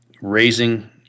raising